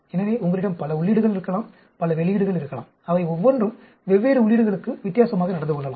எனவே உங்களிடம் பல உள்ளீடுகள் இருக்கலாம் பல வெளியீடுகள் இருக்கலாம் அவை ஒவ்வொன்றும் வெவ்வேறு உள்ளீடுகளுக்கு வித்தியாசமாக நடந்து கொள்ளலாம்